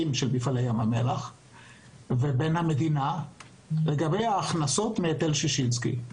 לבין המדינה לגבי ההכנסות מהיטל ששינסקי.